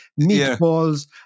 meatballs